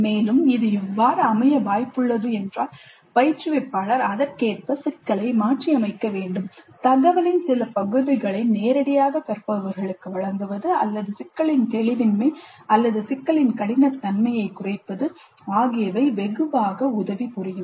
மேலும் இது இவ்வாறு அமைய வாய்ப்புள்ளது என்றால் பயிற்றுவிப்பாளர் அதற்கேற்ப சிக்கலை மாற்றியமைக்க வேண்டும் தகவலின் சில பகுதிகளை நேரடியாக கற்பவர்களுக்கு வழங்குவது அல்லது சிக்கலின் தெளிவின்மை அல்லது சிக்கலின் கடினத்தன்மையை குறைப்பது ஆகியவை வெகுவாக உதவி புரியும்